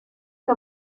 que